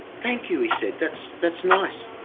thank you he said, that's, that's nice.